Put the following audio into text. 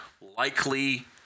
likely